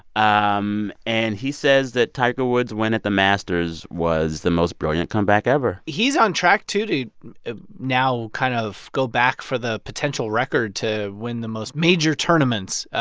um and he says that tiger woods' win at the masters was the most brilliant comeback ever he's on track, too, to now kind of go back for the potential record to win the most major tournaments.